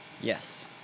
Yes